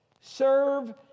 serve